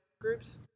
groups